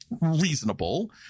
reasonable